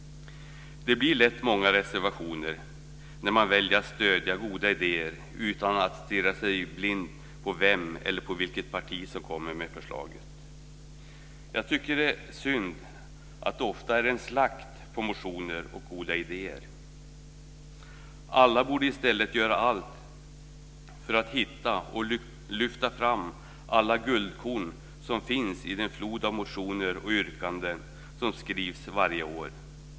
Det blir lätt många reservationer när man väljer att stödja goda idéer utan att stirra sig blind på vem eller på vilket parti som kommit med förslaget. Jag tycker att det är synd att det ofta är en slakt av motioner och goda idéer. Alla borde i stället göra allt för att hitta och lyfta fram alla guldkorn som finns i den flod av motioner och yrkanden som skrivs varje år.